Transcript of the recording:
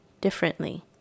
differently